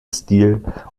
stil